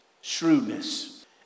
shrewdness